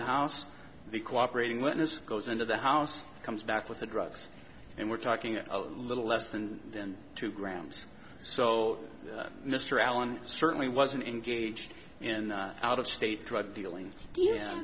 the house the cooperating witness goes into the house comes back with the drugs and we're talking a little less than two grams so mr allen certainly wasn't engaged in out of state drug dealing